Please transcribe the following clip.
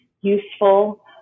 useful